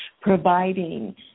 providing